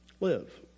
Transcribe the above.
live